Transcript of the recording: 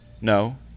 No